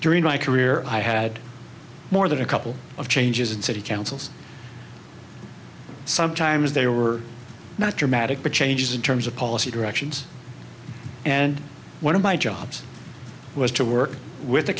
during my career i had more than a couple of changes in city councils sometimes they were not dramatic but changes in terms of policy directions and one of my jobs was to work with the